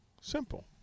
Simple